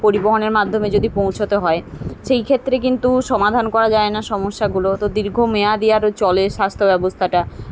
পরিবহনের মাধ্যমে যদি পৌঁছোতে হয় সেই ক্ষেত্রে কিন্তু সমাধান করা যায় না সমস্যাগুলো তো দীর্ঘ মেয়াদি আরও চলে স্বাস্থ্য ব্যবস্থাটা